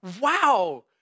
wow